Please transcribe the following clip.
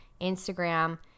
Instagram